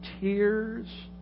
Tears